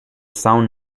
sound